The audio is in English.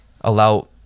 allow